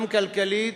גם כלכלית,